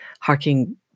harking